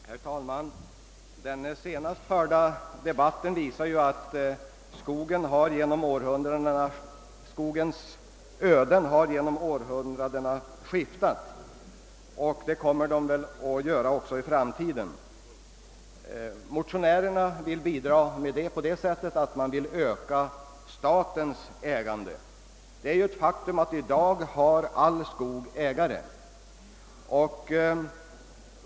Herr talman! Den nu senast förda debatten visar att skogens öden skiftat genom århundradena. Det kommer de väl att göra också i framtiden. Motionärerna vill bidra till detta på det sättet att man vill öka statens ägande. Det är ju ett faktum att all skog i dag har ägare.